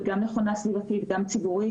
שזו עמדה נכונה סביבתית, ציבורית.